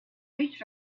reached